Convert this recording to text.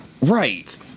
Right